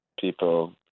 people